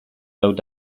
though